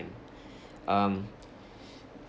um